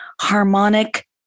harmonic